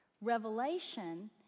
Revelation